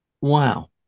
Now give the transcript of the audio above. wow